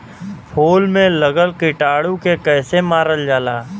फूल में लगल कीटाणु के कैसे मारल जाला?